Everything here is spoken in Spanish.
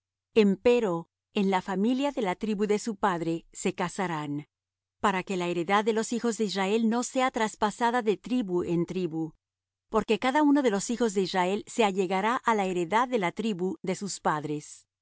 pluguiere empero en la familia de la tribu de su padre se casarán para que la heredad de los hijos de israel no sea traspasada de tribu en tribu porque cada uno de los hijos de israel se allegará á la heredad de la tribu de sus padres